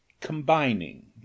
combining